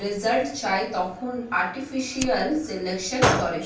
result চায়, তখন artificial selection করে